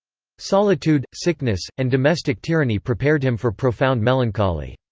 solitude, sickness, and domestic tyranny prepared him for profound melancholy.